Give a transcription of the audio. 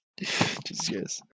Jesus